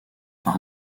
par